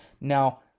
Now